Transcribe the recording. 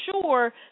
sure